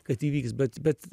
kad įvyks bet bet